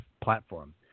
platform